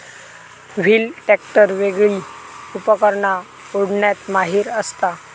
wheel tractor वेगली उपकरणा ओढण्यात माहिर असता